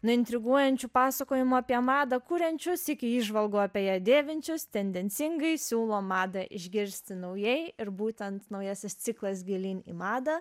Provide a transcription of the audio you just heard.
nuo intriguojančių pasakojimų apie madą kuriančius iki įžvalgų apie ją dėvinčius tendencingai siūlo madą išgirsti naujai ir būtent naujasis ciklas gilyn į madą